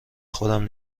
خودم